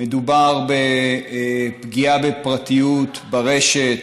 מדובר בפגיעה בפרטיות ברשת